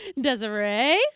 Desiree